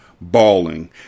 bawling